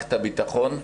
ממערכת הביטחון,